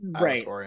Right